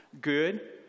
good